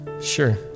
Sure